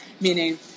meaning